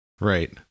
Right